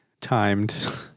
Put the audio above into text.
timed